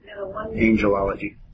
angelology